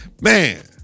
Man